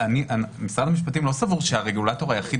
משרד המשפטים לא סבור שהרגולטור היחיד